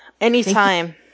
Anytime